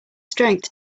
strength